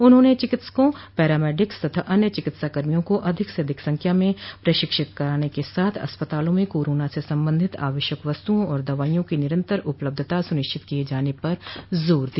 उन्होंने चिकित्सका पैरामेडिक्स तथा अन्य चिकित्साकर्मियों को अधिक से अधिक संख्या में प्रशिक्षित कराने के साथ अस्पतालों में कोरोना से संबंधित आवश्यक वस्तुआ एवं दवाइयों की निरन्तर उपलब्धता सुनिश्चित किये जाने पर जोर दिया